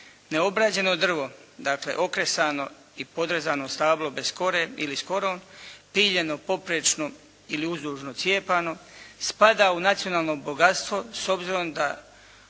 neobrađeno drvo, dakle, okresano i podrezano stablo bez kore ili s korom, piljeno poprečno ili uzdužno cijepano spada u nacionalno bogatstvo s obzirom da